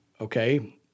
okay